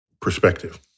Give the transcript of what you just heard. perspective